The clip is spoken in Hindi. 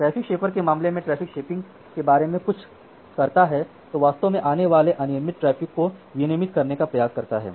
ट्रैफ़िक शेपर के मामले में यह ट्रैफ़िक शेपिंग के बारे में कुछ करता है जो वास्तव में आने वाले अनियमित ट्रैफ़िक को विनियमित करने का प्रयास करता है